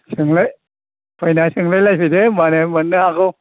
सोंलाय फैनानै सोंलाय लायफैदो होनबानो मोननो हागौ